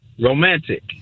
romantic